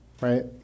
Right